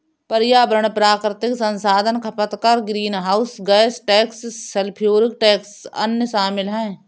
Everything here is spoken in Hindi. पर्यावरण प्राकृतिक संसाधन खपत कर, greenhouse gas tax, sulphuric tax, अन्य शामिल हैं